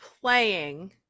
playing